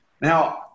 Now